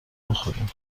بخوریم